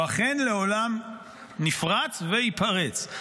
והוא אכן לעולם נפרץ וייפרץ.